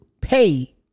pay